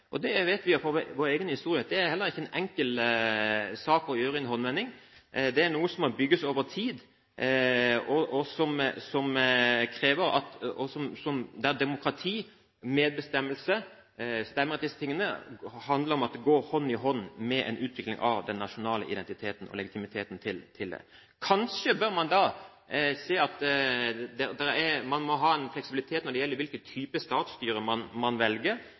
tilhørighet. Det vet vi fra vår egen historie ikke er en enkel sak å gjøre i en håndvending. Det er noe som må bygges over tid. Demokrati, medbestemmelse og stemmerett osv. handler om at det går hånd i hånd med utviklingen av nasjonal identitet og dens legitimitet. Kanskje bør man ha fleksibilitet når det gjelder hva slags statsstyre man velger. Kanskje bør man